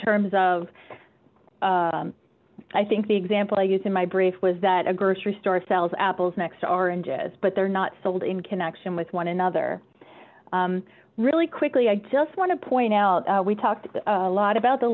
terms of i think the example i used in my brief was that a grocery store sells apples next to oranges but they're not sold in connection with one another really quickly i just want to point out we talked a lot about the